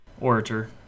Orator